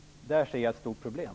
Där ser jag ett stort problem.